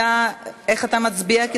איך אתה מצביע?